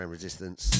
Resistance